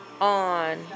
on